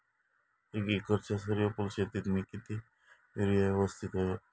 एक एकरच्या सूर्यफुल शेतीत मी किती युरिया यवस्तित व्हयो?